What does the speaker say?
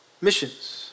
missions